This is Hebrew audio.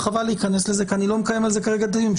חבל להיכנס לזה, כי אני לא מקיים על זה כרגע דיון.